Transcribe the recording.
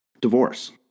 divorce